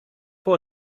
for